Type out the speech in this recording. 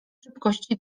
szybkości